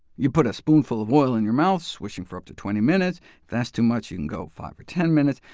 you put a spoonful of oil in your mouth, swishing for up to twenty minutes. if that's too much, you can go five or ten minutes.